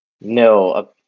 no